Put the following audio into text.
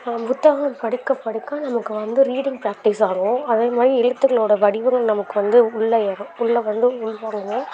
புத்தகங்கள் படிக்க படிக்க நமக்கு வந்து ரீடிங் ப்ராக்டிஸ் ஆகும் அதேமாதிரி எழுத்துக்களோட வடிவங்கள் நமக்கு வந்து உள்ள ஏறும் உள்ள வந்து உள்வாங்குவோம்